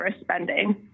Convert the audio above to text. spending